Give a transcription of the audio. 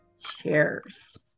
cheers